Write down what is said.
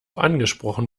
angesprochen